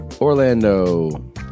Orlando